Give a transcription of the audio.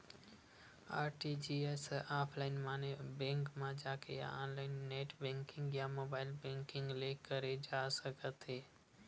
RTGS ह offline माने bank म जाके या ऑनलाईन नेट बेंकिंग या मोबाईल बेंकिंग ले करे जा सकत हे